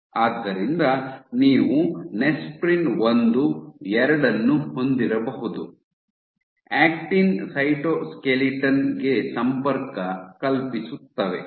ಆದ್ದರಿಂದ ನೀವು ನೆಸ್ಪ್ರಿನ್ ಒಂದು ಎರಡನ್ನು ಹೊಂದಿರಬಹುದು ಆಕ್ಟಿನ್ ಸೈಟೋಸ್ಕೆಲಿಟನ್ ಗೆ ಸಂಪರ್ಕ ಕಲ್ಪಿಸುತ್ತವೆ